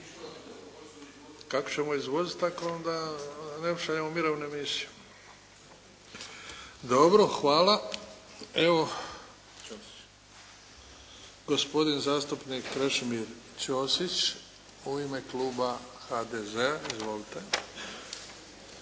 Kako ćemo izvoziti ako ne šaljemo mirovne misije? Dobro, hvala. Evo, gospodin zastupnik Krešimir Ćosić u ime kluba HDZ-a. Izvolite.